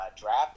draft